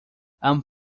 han